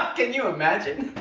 can you imagine?